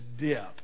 dip